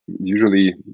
usually